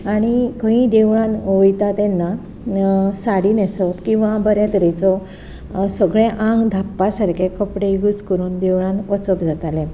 आनी खंय देवळांत वयता तेन्ना साडी न्हेसप किंवां बऱ्या तरेचो सगळें आंग धांप्पा सारके कपडे यूज करून देवळांत वचप जातालें